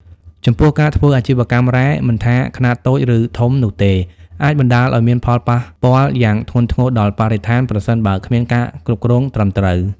ចំពោះការធ្វើអាជីវកម្មរ៉ែ មិនថាខ្នាតតូច ឬធំនោះទេ អាចបណ្ដាលឲ្យមានផលប៉ះពាល់យ៉ាងធ្ងន់ធ្ងរដល់បរិស្ថាន ប្រសិនបើគ្មានការគ្រប់គ្រងត្រឹមត្រូវ។